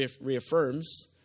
reaffirms